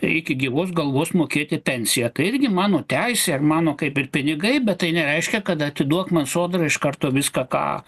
iki gyvos galvos mokėti pensiją tai irgi mano teisė ir mano kaip ir pinigai bet tai nereiškia kad atiduok man sodra iš karto viską ką